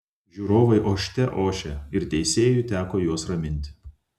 žiūrovai ošte ošė ir teisėjui teko juos raminti